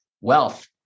wealth